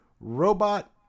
robot